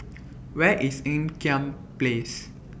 Where IS Ean Kiam Place